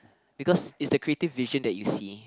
because it's the creative vision that you see